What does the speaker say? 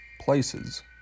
places